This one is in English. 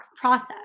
process